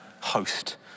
host